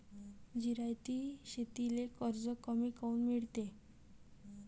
जिरायती शेतीले कर्ज कमी काऊन मिळते?